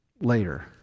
later